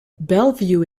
bellevue